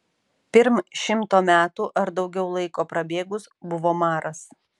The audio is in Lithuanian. pirm šimto metų ar daugiau laiko prabėgus buvo maras